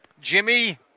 Jimmy